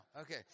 Okay